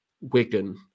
Wigan